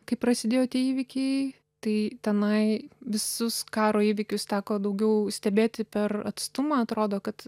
kai prasidėjo tie įvykiai tai tenai visus karo įvykius teko daugiau stebėti per atstumą atrodo kad